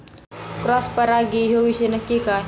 Cross परागी ह्यो विषय नक्की काय?